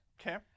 Okay